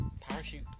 Parachute